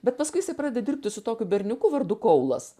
bet paskui jisai pradeda dirbti su tokiu berniuku vardu kaulas